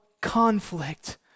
conflict